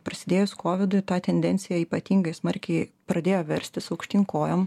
prasidėjus kovidui tą tendenciją ypatingai smarkiai pradėjo verstis aukštyn kojom